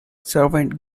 servant